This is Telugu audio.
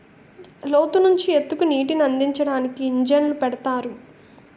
లోతు నుంచి ఎత్తుకి నీటినందించడానికి ఇంజన్లు పెడతారు